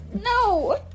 No